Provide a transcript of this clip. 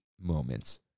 moments